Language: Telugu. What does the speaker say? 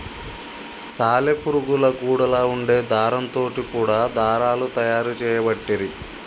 సాలె పురుగుల గూడులా వుండే దారం తోటి కూడా దారాలు తయారు చేయబట్టిరి